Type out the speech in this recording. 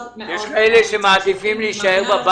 מאוד מאוד מאוד רצינית של עובדים,